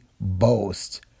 boast